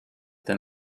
then